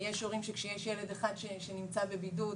יש הורים שכאשר יש ילד אחד שנמצא בבידוד,